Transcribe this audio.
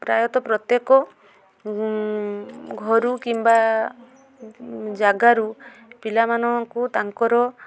ପ୍ରାୟତଃ ପ୍ରତ୍ୟେକ ଘରୁ କିମ୍ବା ଯାଗାରୁ ପିଲାମାନଙ୍କୁ ତାଙ୍କର